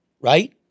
right